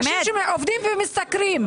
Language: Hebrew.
אנשים שעובדים ומשתכרים.